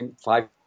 Five